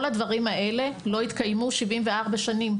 כל הדברים האלה לא התקיימו 74 שנים.